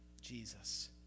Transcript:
Jesus